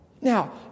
Now